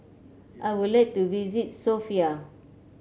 I would like to visit Sofia